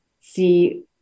see